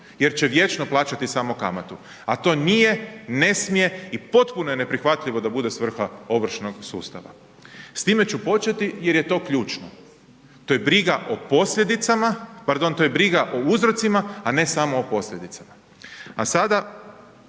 jer će vječno plaćati samo kamatu a to nije, ne smije i potpuno je neprihvatljivo da bude svrha ovršnog sustava. S time ću početi jer je to ključno. To je briga o posljedicama, pardon,